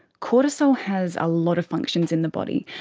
cortisol has a lot of functions in the body,